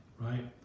right